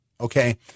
okay